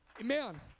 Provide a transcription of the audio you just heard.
Amen